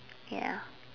ya